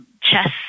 chess